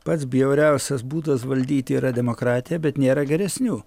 pats bjauriausias būdas valdyti yra demokratija bet nėra geresnių